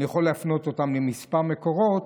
אני יכול להפנות אותם לכמה מקורות